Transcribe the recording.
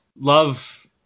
love